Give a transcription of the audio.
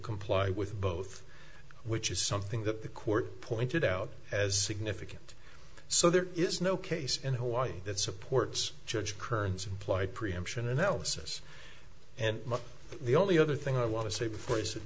comply with both which is something that the court pointed out as significant so there is no case in hawaii that supports judge kearns implied preemption analysis and the only other thing i want to say before you sit